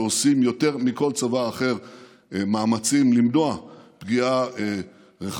שעושים מאמצים יותר מכל צבא אחר למנוע פגיעה רחבה,